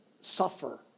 suffer